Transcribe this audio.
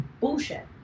bullshit